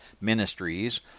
ministries